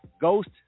Ghost